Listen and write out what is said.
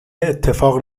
اتفاق